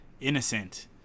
innocent